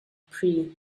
prix